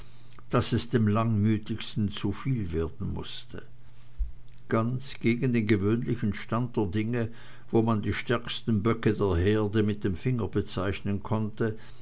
daß es dem langmütigsten zuviel werden mußte ganz gegen den gewöhnlichen stand der dinge wo man die stärksten böcke der herde mit dem finger bezeichnen konnte